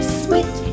sweet